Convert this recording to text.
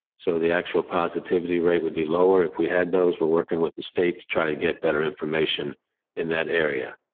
so the actual positivity rate would be lower if we had. those were working with state to try to get better information in that area.